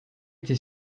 été